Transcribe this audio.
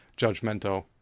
judgmental